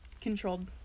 controlled